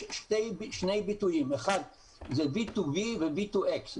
יש שני ביטויים, V2V ו-V2X.